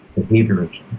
behaviorism